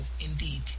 indeed